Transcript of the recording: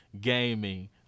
Gaming